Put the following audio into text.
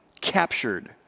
Captured